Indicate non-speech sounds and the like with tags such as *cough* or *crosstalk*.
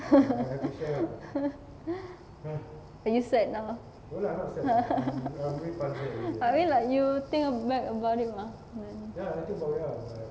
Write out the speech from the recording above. *laughs* are you sad now *laughs* I mean like you think back about it mah